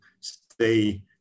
stay